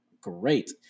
great